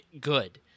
good